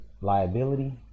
liability